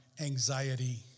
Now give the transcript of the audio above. anxiety